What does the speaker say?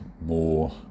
more